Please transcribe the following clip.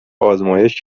آزمایش